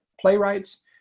playwrights